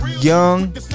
Young